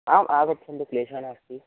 आम् आगच्छन्तु क्लेशः नास्ति